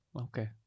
Okay